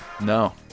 No